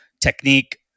technique